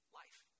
life